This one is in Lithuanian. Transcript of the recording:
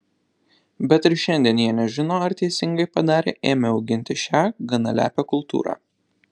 bet ir šiandien jie nežino ar teisingai padarė ėmę auginti šią gana lepią kultūrą